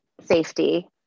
safety